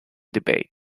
debate